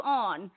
on